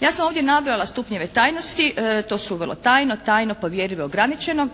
Ja sam ovdje navela stupnjeve tajnosti. To su: vrlo tajno, tajno, povjerljivo i ograničeno.